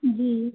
जी